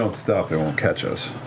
don't stop, they won't catch us.